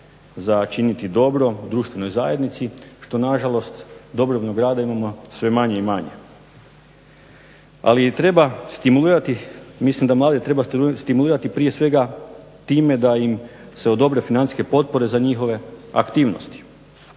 za činiti dobro društvenoj zajednici što nažalost dobrovoljnog rada imamo sve manje i manje. Ali treba stimulirati, mislim da mlade treba stimulirati prije svega time da im se odobre financijske potpore za njihove aktivnosti.